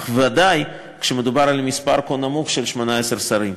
אך ודאי כשמדובר על מספר כה נמוך של 18 שרים.